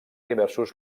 diversos